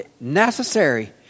necessary